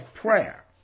prayer